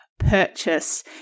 purchase